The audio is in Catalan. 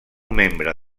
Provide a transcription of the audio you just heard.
membre